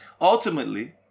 ultimately